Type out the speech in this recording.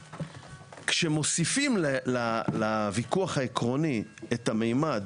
כשמוסיפים לוויכוח העקרוני את הממד